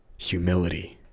humility